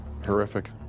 Horrific